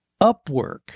Upwork